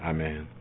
Amen